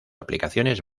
aplicaciones